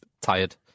tired